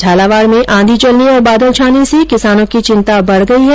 झालावाड़ में आंधी चलने और बादल छाने से किसानों की चिंता बढ गई है